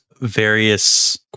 various